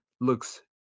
looks